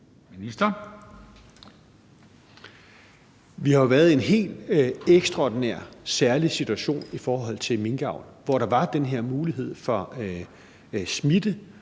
Prehn): Vi har jo været i en helt ekstraordinær, særlig situation i forhold til minkavl, hvor der var den her mulighed for smitte